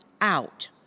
Out